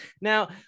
Now